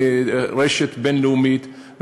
רשת בין-לאומית,